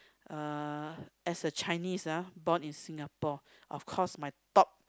uh as a Chinese ah born in Singapore of course my top